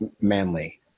manly